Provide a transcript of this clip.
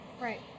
Right